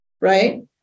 Right